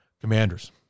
commanders